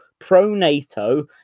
pro-NATO